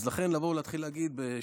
אז לכן לבוא ולהתחיל להגיד,